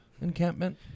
encampment